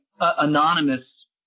anonymous